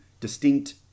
distinct